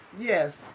Yes